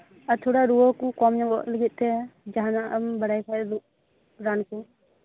ᱟᱨ ᱛᱷᱚᱲᱟ ᱨᱩᱣᱟᱹ ᱠᱚ ᱠᱚᱢ ᱧᱚᱜᱚᱜ ᱞᱟᱹᱜᱤᱫ ᱛᱮ ᱡᱟᱸᱦᱟᱱᱟᱜ ᱮᱢ ᱵᱟᱲᱟᱭ ᱠᱷᱟᱡ ᱨᱟᱱ ᱠᱚ